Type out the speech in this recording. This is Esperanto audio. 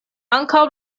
ankaŭ